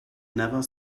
never